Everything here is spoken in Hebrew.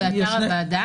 באתר הוועדה?